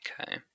Okay